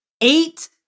eight